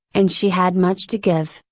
and she had much to give,